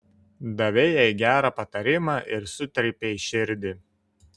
davei jai gerą patarimą ir sutrypei širdį